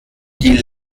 die